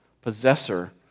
possessor